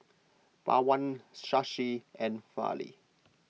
Pawan Shashi and Fali